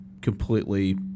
completely